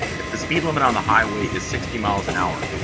if the speed limit on the highway is sixty miles an hour,